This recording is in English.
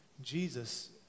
Jesus